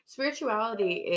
Spirituality